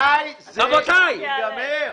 מתי זה ייגמר?